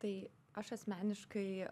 tai aš asmeniškai